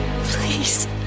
please